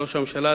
ראש הממשלה,